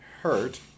hurt